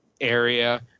area